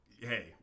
Hey